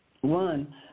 one